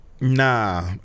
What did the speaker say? nah